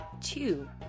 two